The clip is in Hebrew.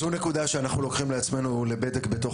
זו נקודה שאנחנו לוקחים לעצמנו לבדק בתוך